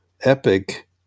Epic